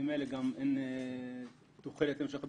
ממילא גם אין תוחלת להמשך הבדיקה.